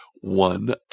one